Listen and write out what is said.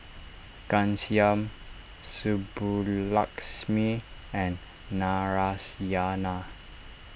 Ghanshyam Subbulakshmi and Narayana